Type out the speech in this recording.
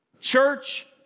Church